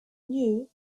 new